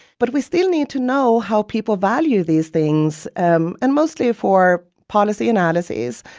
but we still need to know how people value these things um and mostly for policy analyses,